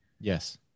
Yes